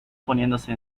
poniéndose